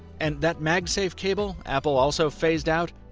and that magsafe cable apple also phased out,